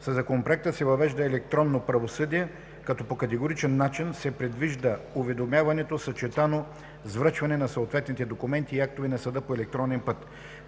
Със Законопроекта се въвежда електронно правосъдие, като по категоричен начин се предвижда уведомяването, съчетано с връчването на съответните документи и актове на съда, по електронен път.